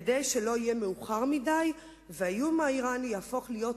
כדי שלא יהיה מאוחר מדי והאיום האירני יהפוך להיות